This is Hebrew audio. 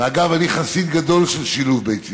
אגב, אני חסיד גדול של שילוב בית ספרי.